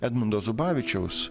edmundo zubavičiaus